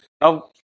Now